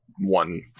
one